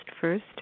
first